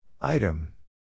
Item